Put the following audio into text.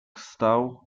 stał